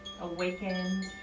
awakened